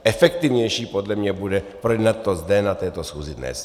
Efektivnější podle mě bude projednat to zde na této schůzi dnes.